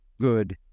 good